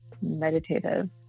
meditative